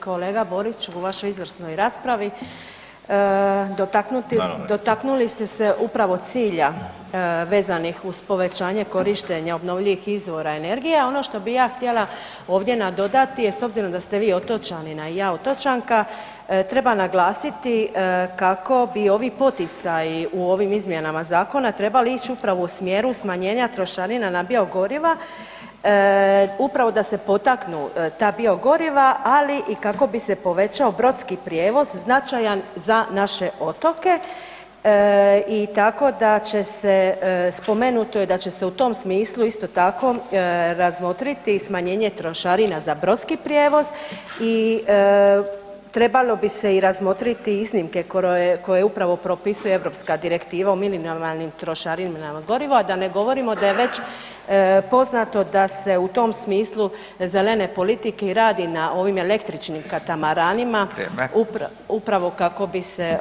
Kolega Boriću, u vašoj izvrsnoj raspravi dotaknuli ste se upravo cilja vezanih uz povećanje korištenja obnovljivih izvora energije a ono što bi ja htjela ovdje nadodati, s obzirom da ste vi otočanin a i ja otočanka, treba naglasiti kako bi ovi poticaji u ovim izmjenama zakona, trebali ić upravo u smjeru smanjenja trošarina na biogoriva upravo da se potaknu ta biogoriva, ali i kako bi se povećao brodski prijevoz, značajan za naše otoke i tako da će se spomenuto je da će se u tom smislu isto tako razmotriti smanjenje trošarina za brodski prijevoz i trebalo bi se i razmotriti i iznimke koje upravo propisuje europska direktiva o minimalnim trošarinama o gorivu a da ne govorimo da je već poznato da se u tom smislu zelene politike, radi na ovim električnim katamaranima [[Upadica Radin: Vrijeme.]] upravo bi se